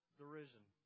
derision